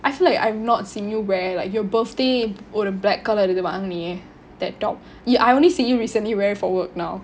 I feel like I've not seen you wear your birthday ஒரு:oru black colour இது வாங்குனியே:ithu vaanguniye that top y~ I I only see you recently wear it for work now